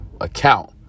account